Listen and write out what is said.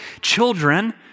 children